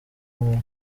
buri